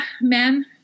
Men